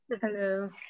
Hello